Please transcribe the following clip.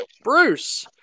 Bruce